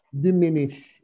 diminish